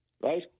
right